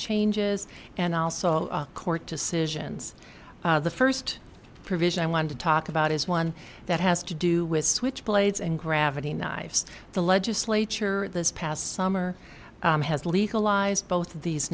changes and also court decisions the first provision i want to talk about is one that has to do with switchblades and gravity knives the legislature this past summer has legalized both of these